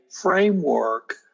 framework